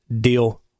deal